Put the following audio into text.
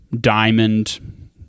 diamond